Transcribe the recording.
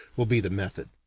will be the method.